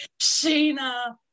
Sheena